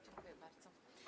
Dziękuję bardzo.